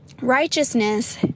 Righteousness